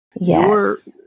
Yes